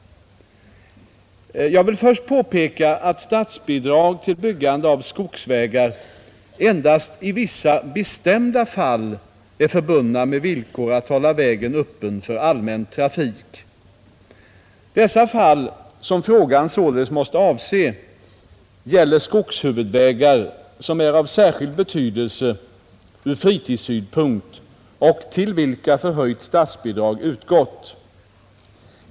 Jag vill först påpeka att statsbidrag till byggande av skogsvägar endast i vissa bestämda fall är förbunda med villkor att hålla vägen öppen för allmän trafik. Dessa fall, som frågan således måste avse, gäller skogshuvudvägar som är av särskild betydelse ur fritidssynpunkt och till vilka förhöjt statsbidrag utgått.